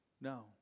no